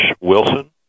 Wilson